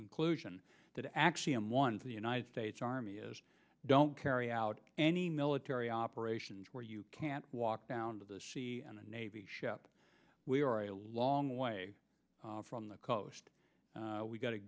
conclusion that actually i'm one of the united states army is don't carry out any military operations where you can't walk down to the sea in a navy ship we are a long way from the coast we've got to